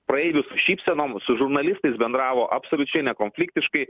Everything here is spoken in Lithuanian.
praeivių su šypsenom su žurnalistais bendravo absoliučiai nekonfliktiškai